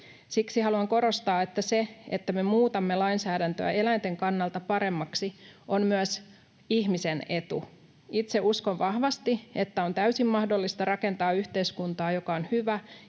Siksi haluan korostaa, että se, että me muutamme lainsäädäntöä eläinten kannalta paremmaksi, on myös ihmisen etu. Itse uskon vahvasti, että on täysin mahdollista rakentaa yhteiskuntaa, joka on hyvä